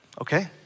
Okay